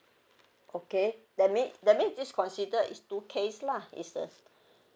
okay that mean that mean it's considered is two case lah it's a